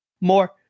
More